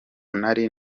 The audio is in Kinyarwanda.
nari